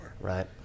Right